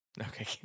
Okay